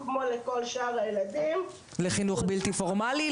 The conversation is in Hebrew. כמו לכל שאר הילדים- -- לחינוך בלתי פורמלי,